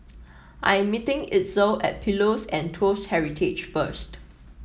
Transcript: I am meeting Itzel at Pillows and Toast Heritage first